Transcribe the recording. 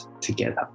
together